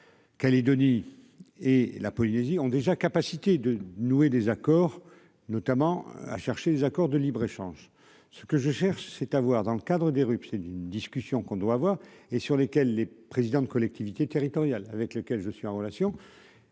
là. Denis et la Polynésie ont déjà capacité de nouer des accords notamment à chercher des accords de libre-échange, ce que je cherche, c'est à voir, dans le cadre des RUP, c'est d'une discussion qu'on doit avoir et sur lesquels les présidents de collectivités territoriales, avec lequel je suis en relation,